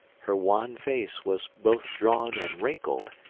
her wan face was both drawn and wrinkled,